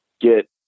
get